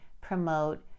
promote